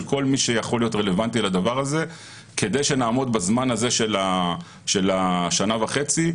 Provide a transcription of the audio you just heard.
כל מי שיכול להיות רלוונטי לדבר הזה כדי שנעמוד בזמן הזה של השנה וחצי.